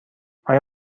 آیا